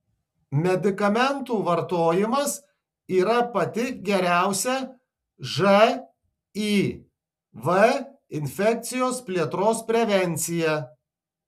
medikamentų vartojimas yra pati geriausia živ infekcijos plėtros prevencija